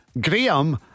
Graham